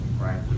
right